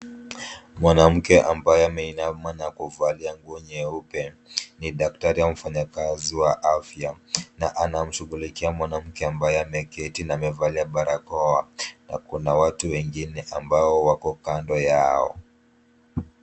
Mwanamke ambaye ameinama na kuvalia nguo nyeupe ni daktari au mfanyikazi wa afya na anamshughulikia mwanamke ambaye ameketi na amevalia barakoa na kuna watu wengine ambao wako kando yao.